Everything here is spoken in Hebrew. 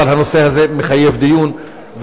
אבל הנושא הזה מחייב דיון.